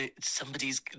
somebody's